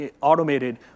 automated